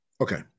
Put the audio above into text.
Okay